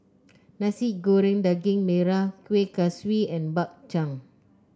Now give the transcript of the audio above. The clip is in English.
Nasi Goreng Daging Merah Kueh Kaswi and Bak Chang